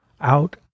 out